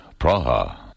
Praha